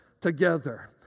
together